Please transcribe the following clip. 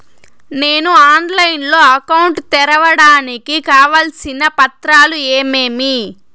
నేను ఆన్లైన్ లో అకౌంట్ తెరవడానికి కావాల్సిన పత్రాలు ఏమేమి?